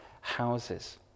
houses